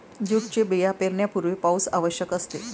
जूटचे बिया पेरण्यापूर्वी पाऊस आवश्यक असते